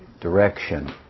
direction